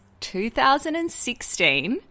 2016